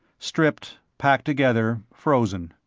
stripped, packed together, frozen.